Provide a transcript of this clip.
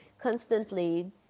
constantly